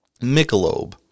Michelob